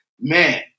man